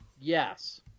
Yes